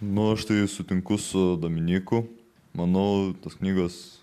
nu aš tai sutinku su dominyku manau tos knygos